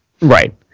Right